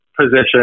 position